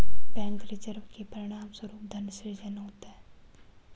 bank reserve के परिणामस्वरूप धन सृजन होता है